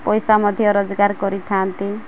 ପଇସା ମଧ୍ୟ ରୋଜଗାର କରିଥାନ୍ତି